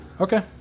Okay